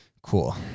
Cool